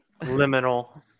liminal